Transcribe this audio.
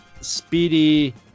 speedy